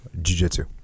jujitsu